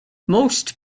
most